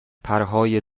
پرهای